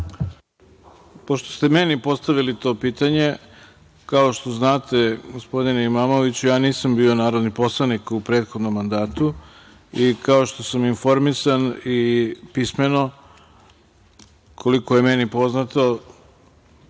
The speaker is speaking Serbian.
vreme. Pošto ste meni postavili to pitanje, kao što znate, gospodine Imamoviću, ja nisam bio narodni poslanik u prethodnom mandatu i kao što sam informisan i pismeno, koliko je meni poznato,